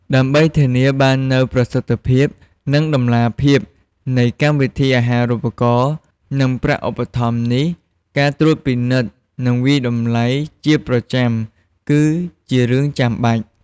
ដើម្បីធានាបាននូវប្រសិទ្ធភាព និងតម្លាភាពនៃកម្មវិធីអាហារូបករណ៍ និងប្រាក់ឧបត្ថម្ភនេះ ការត្រួតពិនិត្យ និងវាយតម្លៃជាប្រចាំគឺជារឿងចាំបាច់។